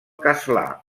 castlà